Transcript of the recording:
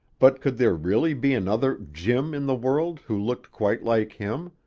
but could there really be another jim in the world who looked quite like him,